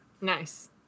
nice